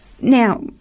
Now